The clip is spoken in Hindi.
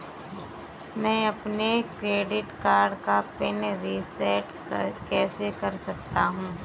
मैं अपने क्रेडिट कार्ड का पिन रिसेट कैसे कर सकता हूँ?